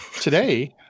today